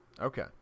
Okay